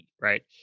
right